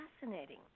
fascinating